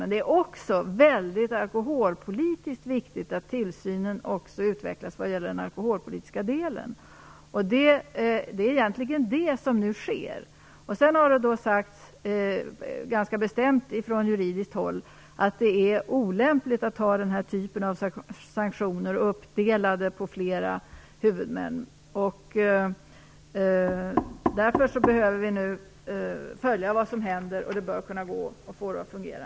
Vidare är det väldigt viktigt att tillsynen utvecklas även i den alkoholpolitiska delen. Det är egentligen det som nu sker. Från juridiskt håll har det ganska bestämt sagts att det är olämpligt att ha den här typen av sanktioner uppdelade på flera huvudmän. Därför behöver vi nu följa vad som händer. Det bör gå att få det att fungera.